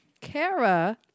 Kara